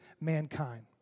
mankind